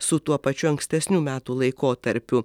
su tuo pačiu ankstesnių metų laikotarpiu